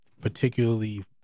particularly